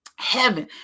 Heaven